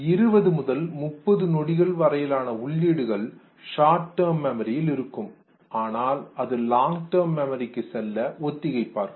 20 முதல் 30 நொடிகள்வரையிலான உள்ளீடுகள் ஷார்ட் டேர்ம் மெமரில் இருக்கும் ஆனால் அது லாங் டேர்ம் மெமரிக்கு செல்ல ஒத்திகை பார்க்கும்